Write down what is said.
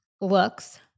looks